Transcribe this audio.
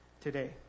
today